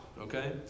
okay